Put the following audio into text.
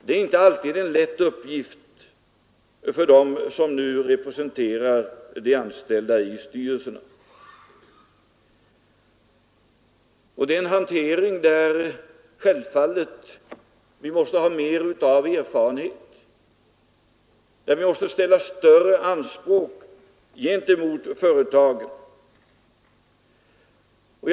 Det är inte alltid en lätt uppgift för dem som nu representerar de anställda i styrelserna. Det är en hantering där vi naturligtvis måste skaffa oss mer av erfarenhet och där vi måste ställa större anspråk gentemot företagen.